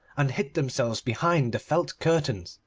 and hid themselves behind the felt curtains.